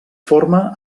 forma